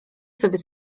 sobie